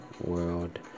world